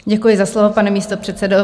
Děkuji za slovo, pane místopředsedo.